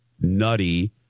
nutty